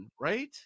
right